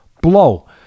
blow